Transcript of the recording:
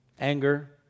anger